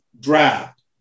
draft